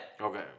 Okay